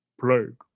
Plague